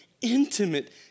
intimate